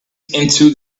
into